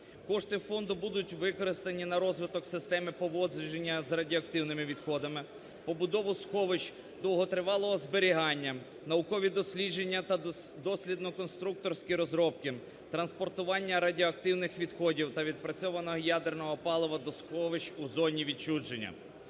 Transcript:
Кошти фонду будуть використані на розвиток системи поводження з радіоактивними відходами, побудову сховищ довготривалого зберігання, наукові дослідження та дослідно-конструкторські розробки, транспортування радіоактивних відходів та відпрацьованого ядерного палива до сховищ у зоні відчуження.